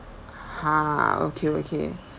!huh! okay okay